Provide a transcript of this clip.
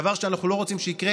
דבר שאנחנו לא רוצים שיקרה